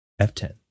F10